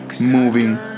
moving